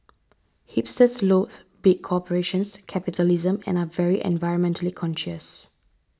hipsters loath big corporations capitalism and are very environmentally conscious